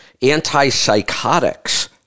Antipsychotics